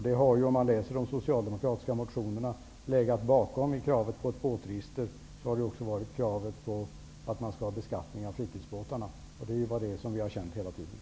Det framgår när man läser de socialdemokratiska motionerna att bakom kravet på ett båtregister har också legat krav på beskattning av fritidsbåtarna. Det är detta vi har känt hela tiden.